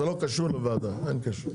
זה לא קשור לוועדה, אין קשר.